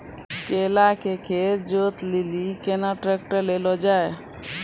केला के खेत जोत लिली केना ट्रैक्टर ले लो जा?